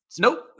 nope